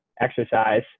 exercise